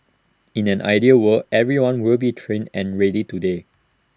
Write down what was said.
in an ideal world everyone will be trained and ready today